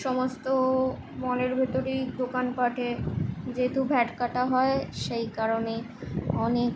সমস্ত মলের ভেতরেই দোকানপাঠে যেহেতু ভ্যাট কাটা হয় সেই কারণেই অনেক